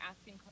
asking